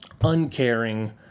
uncaring